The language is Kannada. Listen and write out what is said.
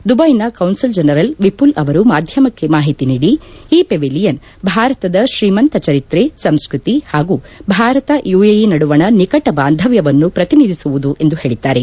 ದುಬೈನಲ್ಲಿ ಕೌನ್ತುಲ್ ಜನರಲ್ ವಿಪುಲ್ ಅವರು ಮಾಧ್ಯಮಕ್ಕೆ ಮಾಹಿತಿ ನೀಡಿ ಈ ಪೆವಿಲಿಯನ್ ಭಾರತದ ಶ್ರೀಮಂತ ಚರಿತ್ರೆ ಸಂಸ್ಕತಿ ಹಾಗೂ ಭಾರತ ಯುಎಇ ನಡುವಣ ನಿಕಟ ಬಾಂಧವ್ನವನ್ನು ಪ್ರತಿನಿಧಿಸುವುದು ಎಂದು ಹೇಳದ್ದಾರೆ